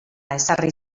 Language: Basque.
ezarri